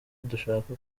dushaka